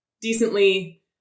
decently